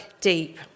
deep